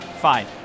fine